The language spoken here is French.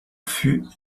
fut